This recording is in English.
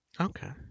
Okay